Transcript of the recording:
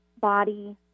body